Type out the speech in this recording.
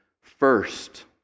first